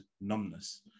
numbness